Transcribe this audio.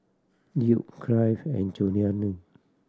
Duke Clyde and Julianne